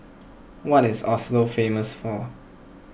what is Oslo famous for